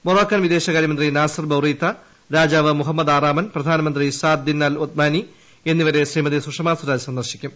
Moroccan വിദേശകാര്യമന്ത്രി Nasser Bourita രാജാവ് Mohammed ആറാമൻ പ്രധാനമന്ത്രി സാദ് ദിൻ അൽ ഒത്മാനി എന്നിവരെ ശ്രീമതി സുഷമ സ്വരാജ് സന്ദർശിക്കും